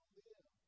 live